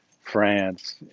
France